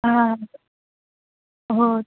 हां हो